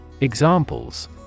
Examples